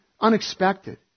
unexpected